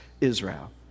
Israel